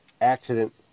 accident